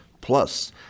Plus